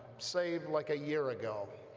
say like a year ago